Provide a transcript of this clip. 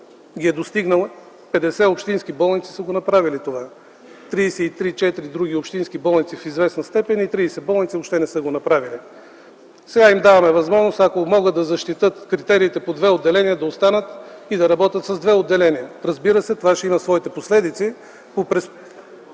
ги е достигнал. Петдесет общински болници са направили това. Тридесет и три – тридесет и четири други общински болници – в известна степен, и 30 болници въобще не са го направили. Сега им даваме възможност, ако могат да защитят критериите по две отделения, да останат и да работят с две отделения. Разбира се, това ще има своите последици